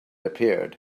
appeared